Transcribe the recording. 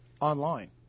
online